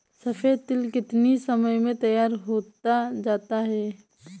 सफेद तिल कितनी समय में तैयार होता जाता है?